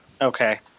Okay